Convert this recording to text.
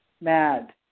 mad